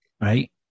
right